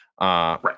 Right